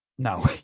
No